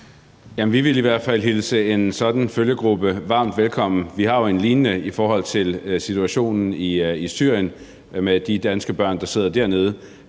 vi ville i hvert fald hilse en sådan følgegruppe varmt velkommen. Vi har jo en lignende i forhold til situationen i Syrien med de danske børn, der sidder dernede,